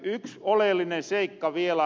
yks oleellinen seikka vielä